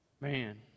Man